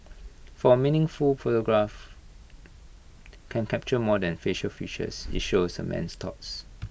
for A meaningful photograph can capture more than facial features IT shows A man's thoughts